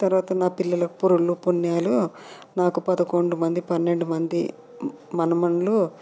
తర్వాత నా పిల్లలకు పురుడ్లు పుణ్యాలు నాకు పదకొండు మంది పన్నెండు మంది మనమండ్లు